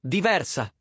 Diversa